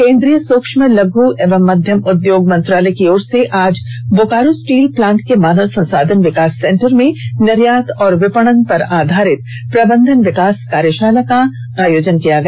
केंद्रीय सूक्ष्म लघ् एवं मध्यम उद्योग मंत्रालय की ओर से आज बोकारो स्टील प्लांट के मानव संसाधन विकास सेंटर में निर्यात और विपणन पर आधारित प्रबंधन विकास कार्यशाला का आयोजन किया गया